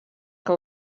que